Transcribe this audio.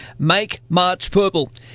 MakeMarchPurple